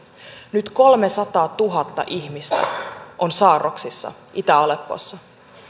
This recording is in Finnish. nyt kolmesataatuhatta ihmistä on saarroksissa itä aleppossa